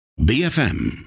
BFM